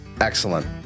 Excellent